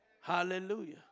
Hallelujah